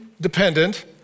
dependent